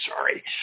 sorry